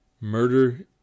murder